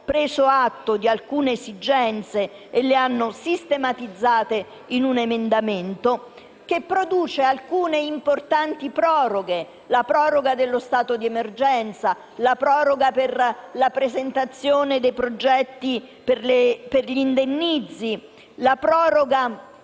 preso atto di alcune esigenze e le hanno sistematizzate in un emendamento che produce alcune importanti proroghe: la proroga dello stato di emergenza; la proroga per la presentazione dei progetti per gli indennizzi; la proroga